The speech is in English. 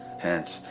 hence,